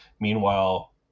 meanwhile